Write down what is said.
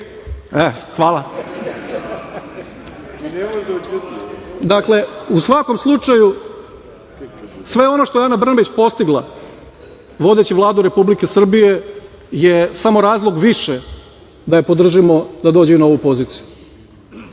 redu.)Hvala. Dakle, u svakom slučaju, sve ono što je Ana Brnabić postigla, vodeći Vladu Republike Srbije je samo razlog više da je podržimo da dođe na ovu poziciju,